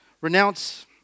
renounce